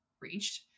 reached